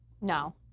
No